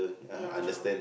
ya